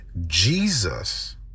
Jesus